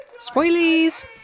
Spoilies